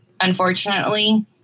unfortunately